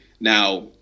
Now